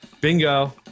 Bingo